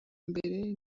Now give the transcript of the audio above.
mbere